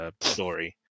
story